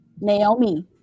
Naomi